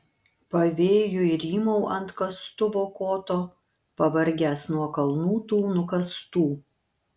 pavėjui rymau ant kastuvo koto pavargęs nuo kalnų tų nukastų